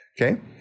Okay